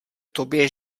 tobě